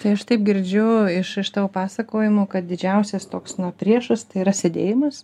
tai aš taip girdžiu iš iš tavo pasakojimo kad didžiausias toks na priešas tai yra sėdėjimas